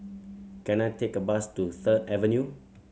can I take a bus to Third Avenue